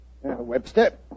Webster